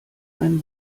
einen